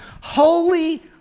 Holy